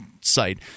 site